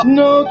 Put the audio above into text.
no